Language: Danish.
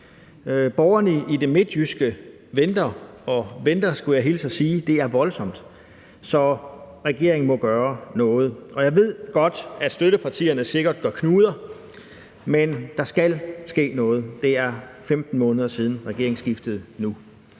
Borgerne i det midtjyske venter og venter, skulle jeg hilse at sige. Det er voldsomt – så regeringen må gøre noget. Og jeg ved godt, at støttepartierne sikkert gør knuder, men der skal ske noget. Det er nu 15 måneder siden regeringsskiftet.